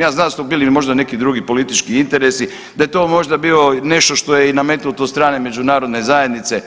Ja znam da su to bili možda neki drugi politički interesi, da je to bilo nešto što je i nametnuto od strane međunarodne zajednice,